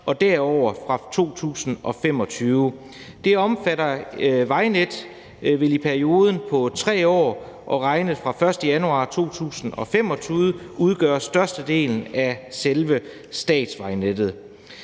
og derover fra 2025. Det omfattede vejnet vil i perioden på 3 år regnet fra den 1. januar 2025 udgøre størstedelen af selve statsvejnettet.